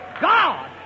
God